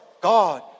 God